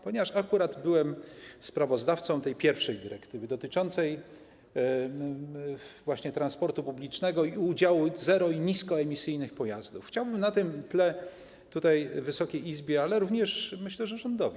Ponieważ akurat byłem sprawozdawcą w przypadku tej pierwszej dyrektywy dotyczącej właśnie transportu publicznego i udziału zero- i niskoemisyjnych pojazdów, chciałbym na tym tyle przekazać coś Wysokiej Izbie, ale również myślę, rządowi.